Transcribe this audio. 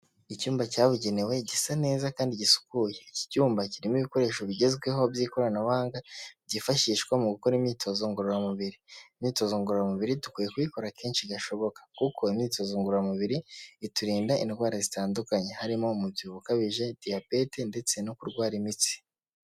Icyumba cyabugenewe gisa neza kandi gisukuye. Iki cyumba kirimo ibikoresho bigezweho by'ikoranabuhanga byifashishwa mu gukora imyitozo ngororamubiri. Imyitozo ngororamubiri dukwiye kuyikora kenshi gashoboka, kuko imyitozo ngororamubiri iturinda indwara zitandukanye harimo umubyibuho ukabije, diyabete ndetse no kurwara imitsi.